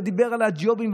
ודיבר על הג'ובים,